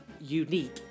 unique